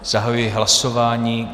Zahajuji hlasování.